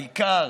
העיקר